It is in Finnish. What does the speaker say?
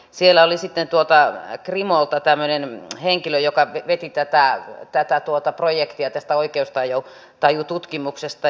siellä oli sitten krimolta tämmöinen henkilö joka veti tätä projektia tästä oikeustajututkimuksesta